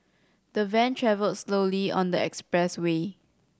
the van travelled slowly on the expressway